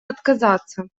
отказаться